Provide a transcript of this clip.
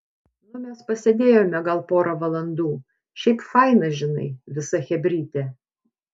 nu mes pasėdėjome gal pora valandų šiaip faina žinai visa chebrytė